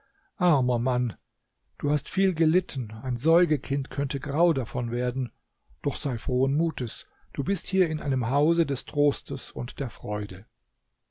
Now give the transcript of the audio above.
armer mann du hast viel gelitten ein säugekind könnte grau davon werden doch sei frohen mutes du bist hier in einem hause des trostes und der freude